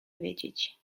wiedzieć